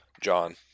John